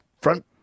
front